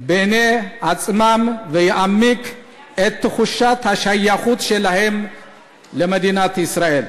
בעיני עצמם ויעמיק את תחושת השייכות שלהם למדינת ישראל.